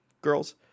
girls